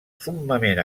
summament